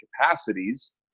capacities